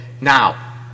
now